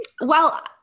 Well-